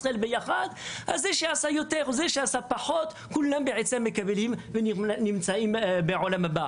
גורם גם לזה שעשה יותר וגם לזה שעשה פחות להיות בעולם הבא".